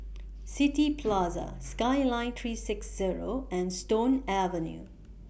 City Plaza Skyline three six Zero and Stone Avenue